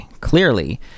Clearly